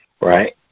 right